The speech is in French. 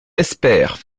espère